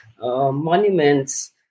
monuments